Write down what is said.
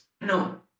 No